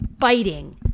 Fighting